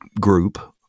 group